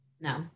no